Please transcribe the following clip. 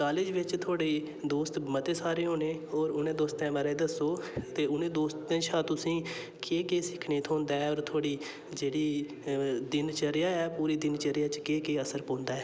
college बिच थुहाड़े दोस्त मते सारे होने उ'नें दोस्तें बारें दस्सो उ'नें दोस्तें शा तुसें गी केह् केह् सिक्खने गी थ्होंदा ऐ होर थुहाड़ी जेह्ड़ी दिनचर्या ऐ पूरी दिनचर्या च केह् केह् असर पौंदा ऐ